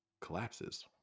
collapses